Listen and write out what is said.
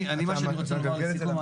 מה שאני רוצה לומר, לסיכום.